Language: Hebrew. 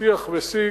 שיח ושיג,